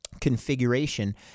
configuration